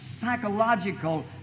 psychological